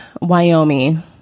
Wyoming